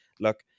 Look